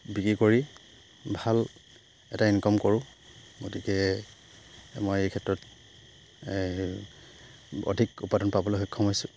বিক্ৰী কৰি ভাল এটা ইনকম কৰোঁ গতিকে মই এই ক্ষেত্ৰত অধিক উৎপাদন পাবলৈ সক্ষম হৈছোঁ